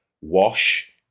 Wash